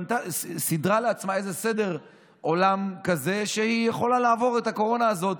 שסידרה לעצמה איזה סדר עולם כזה שהיא יכולה לעבור את הקורונה הזאת